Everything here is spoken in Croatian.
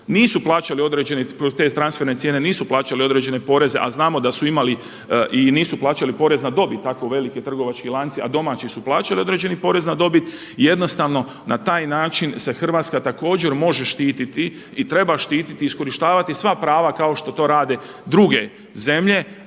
nisu plaćali određene, te transferne cijene nisu plaćali određene poreze, a znamo da su imali i nisu plaćali porez na dobit tako veliki trgovački lanci, a domaći su plaćali određeni porez na dobit. Jednostavno na taj način se Hrvatska također može štititi i treba štititi i iskorištavati sva prava kao što rade druge zemlje,